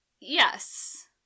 Yes